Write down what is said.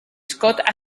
scott